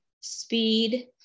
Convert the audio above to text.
speed